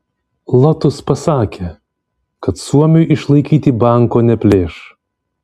lotus pasakė kad suomiui išlaikyti banko neplėš